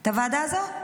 את הוועדה הזו?